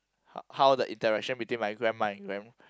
how the interaction between my grandma and grand~